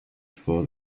for